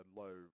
low